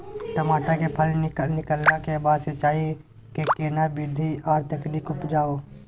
टमाटर में फल निकलला के बाद सिंचाई के केना विधी आर तकनीक अपनाऊ?